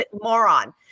moron